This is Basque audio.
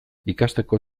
ikasteko